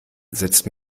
sitzt